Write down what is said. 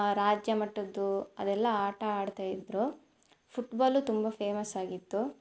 ರಾಜ್ಯಮಟ್ಟದ್ದು ಅದೆಲ್ಲಾ ಆಟ ಆಡ್ತಾ ಇದ್ದರು ಫುಟ್ಬಾಲು ತುಂಬ ಫೇಮಸ್ ಆಗಿತ್ತು